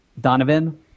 Donovan